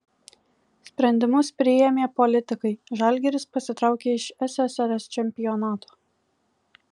sprendimus priėmė politikai žalgiris pasitraukė iš ssrs čempionato